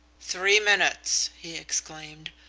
three minutes he exclaimed,